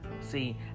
See